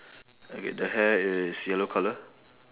okay the hair is yellow colour